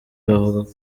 bavuga